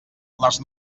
les